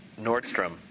Nordstrom